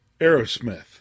Aerosmith